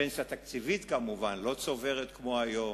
פנסיה תקציבית כמובן, לא צוברת כמו היום.